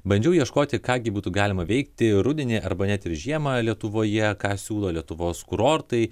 bandžiau ieškoti ką gi būtų galima veikti rudenį arba net ir žiemą lietuvoje ką siūlo lietuvos kurortai